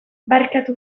barkatu